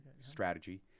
strategy